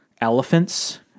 elephants